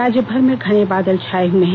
राज्य भर में घने बादल छाये हुए हैं